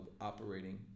operating